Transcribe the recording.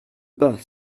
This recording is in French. pas